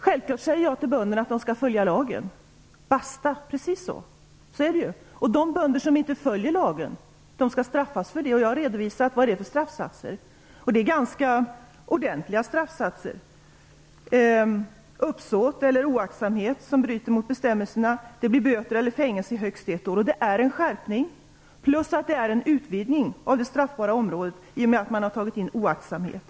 Självklart säger jag till bönderna att de skall följa lagen, basta - precis så! De bönder som inte följer lagen skall straffas för det. Jag har redovisat straffsatserna. Det är ganska ordentliga straffsatser. Att bryta mot bestämmelser med uppsåt eller av oaktsamhet ger böter eller fängelse i högst ett år. Det är en skärpning och en utvidgning av det straffbara området, i och med att man tagit in oaktsamhet.